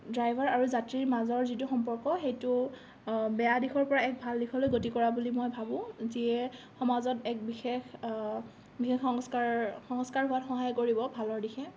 driver আৰু যাত্ৰীৰ মাজৰ যিটো সম্পৰ্ক সেইটো বেয়া দিশৰ পৰা এক ভাল দিশলৈ গতি কৰা বুলি মই ভাবোঁ যিয়ে সমাজত এক বিশেষ বিশেষ সংস্কাৰৰ সংস্কাৰ হোৱাত সহায় কৰিব ভালৰ দিশে